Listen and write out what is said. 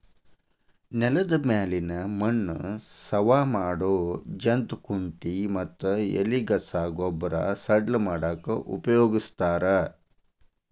ನೆಲದ ಮ್ಯಾಲಿನ ಮಣ್ಣ ಸವಾ ಮಾಡೋ ಜಂತ್ ಕುಂಟಿ ಮತ್ತ ಎಲಿಗಸಾ ಗೊಬ್ಬರ ಸಡ್ಲ ಮಾಡಾಕ ಉಪಯೋಗಸ್ತಾರ